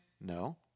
No